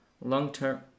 long-term